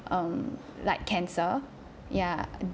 um like cancer ya